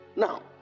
Now